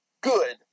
good